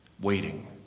Waiting